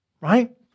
right